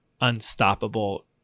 unstoppable